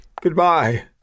Goodbye